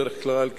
בדרך כלל,